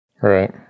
Right